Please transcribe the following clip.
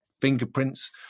fingerprints